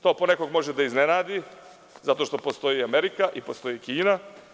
To po nekoga može da iznenadi zato što postoji Amerika i postoji Kina.